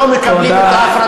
אנחנו לא מקבלים את ההפרדה.